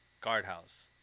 guardhouse